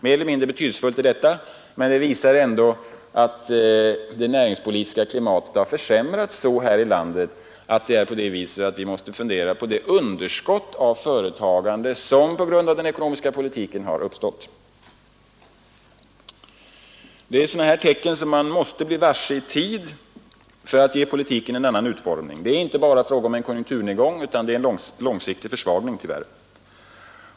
Mer eller mindre betydelsefullt är detta, men det visar ändå att det näringspolitiska klimatet försämrats så här i landet, att vi måste fundera på det underskott på företagande som på grund av den ekonomiska politiken har uppstått. Sådana tecken måste man bli varse i tid för att kunna ge politiken en annan utformning. Det är inte bara fråga om en konjunkturnedgång, utan det är tyvärr en långsiktig försvagning.